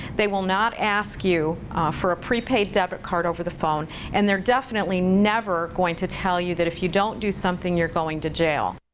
they will not ask you for a prepaid debit card over the phone and they're definitely never going to tell you that if you don't do something, you're going to jail.